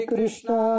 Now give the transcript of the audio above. Krishna